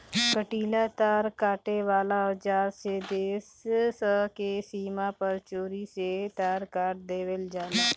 कंटीला तार काटे वाला औज़ार से देश स के सीमा पर चोरी से तार काट देवेल जाला